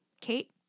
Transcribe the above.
Kate